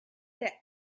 that